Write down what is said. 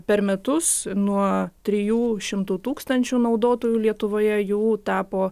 per metus nuo trijų šimtų tūkstančių naudotojų lietuvoje jau tapo